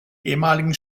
ehemaligen